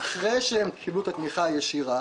אחרי שהם קיבלו את התמיכה הישירה,